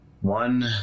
one